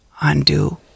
undo